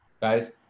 guys